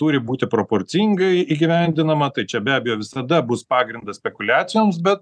turi būti proporcingai įgyvendinama tai čia be abejo visada bus pagrindas spekuliacijoms bet